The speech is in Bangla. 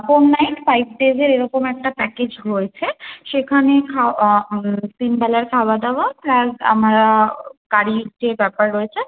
ফোর নাইট ফাইভ ডেজের এরকম একটা প্যাকেজ হয়েছে সেখানে খাও তিনবেলার খাওয়া দাওয়া প্লাস আমরা গাড়ির যে ব্যাপার রয়েছে